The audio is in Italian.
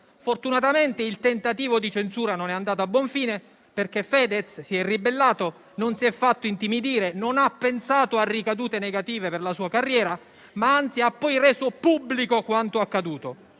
Fortunatamente il tentativo di censura non è andato a buon fine, perché Fedez si è ribellato, non si è fatto intimidire, non ha pensato a ricadute negative per la sua carriera, ma anzi ha reso pubblico quanto accaduto.